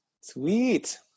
Sweet